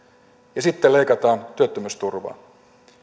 ja sitten leikataan työttömyysturvaa